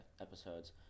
episodes